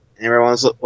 Everyone's